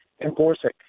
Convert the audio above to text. Enforcing